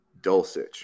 Dulcich